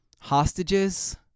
hostages